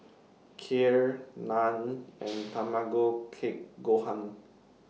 Kheer Naan and Tamago Kake Gohan